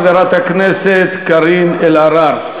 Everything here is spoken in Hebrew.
חברת הכנסת קארין אלהרר.